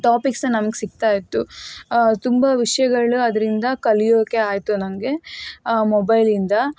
ಟಾಪಿಕ್ಸಾ ನಮಗೆ ಸಿಗ್ತಾಯಿತ್ತು ತುಂಬ ವಿಷಯಗಳು ಅದರಿಂದ ಕಲಿಯೋಕೆ ಆಯಿತು ನನಗೆ ಮೊಬೈಲಿಂದ